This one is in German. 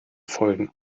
folgen